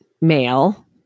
male